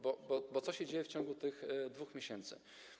Bo co się dzieje w ciągu tych 2 miesięcy?